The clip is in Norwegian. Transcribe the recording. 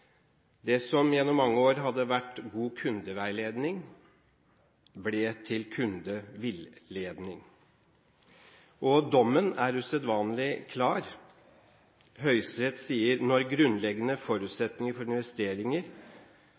Det som gjennom mange år hadde vært god kundeveiledning, ble til kundevilledning. Dommen er usedvanlig klar. Høyesterett sier: Når grunnleggende forutsetninger for investeringer